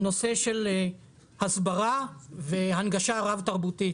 בנושא של הסברה והנגשה רב-תרבותית